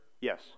Yes